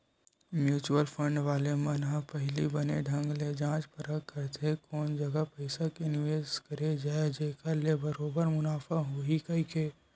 mutual fund वाले मन ह पहिली बने ढंग ले जाँच परख करथे कोन जघा पइसा के निवेस करे जाय जेखर ले बरोबर मुनाफा होही कहिके